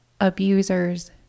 abusers